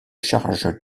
charge